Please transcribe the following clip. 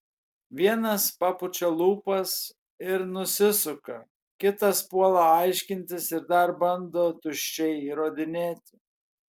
vienas papučia lūpas ir nusisuka kitas puola aiškintis ir dar bando tuščiai įrodinėti